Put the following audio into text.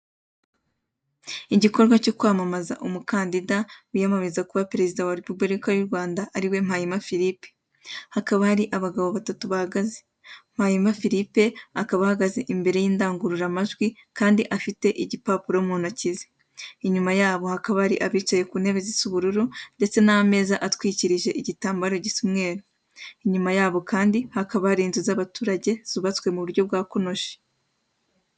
Igikorwa cyo kwamamaza umukandida wiyamamariza kuba perezida wa repubulika y'u Rwanda ari we Mpayimana filipe. Hakaba hari abagabo batatu bahagaze. Mpayima filipe akaba ahagaze imbere y'indangururamajwi kandi afite igipapuro mu ntoki ze. Inyuma yabo hakaba hari abicaye ku ntebe zisa ubururu, ndetse n'ameza atwikirije igitambo gisa umweru. Inyuma yabo kandi hakaba hari inzu z'abaturage zubatswe mu buryo bwa konoshi.